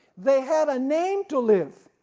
they had a name to live,